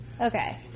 okay